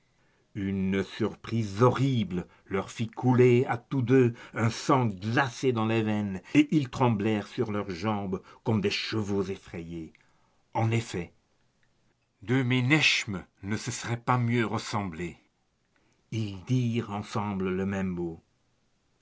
une surprise horrible leur fit couler à tous deux un sang glacé dans les veines et ils tremblèrent sur leurs jambes comme des chevaux effrayés en effet deux ménechmes ne se seraient pas mieux ressemblé ils dirent ensemble le même mot